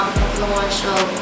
influential